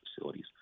facilities